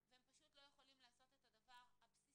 והם פשוט לא יכולים לעשות את הדבר הבסיסי